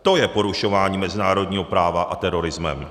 To je porušováním mezinárodního práva a terorismem.